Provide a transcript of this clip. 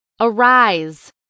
Arise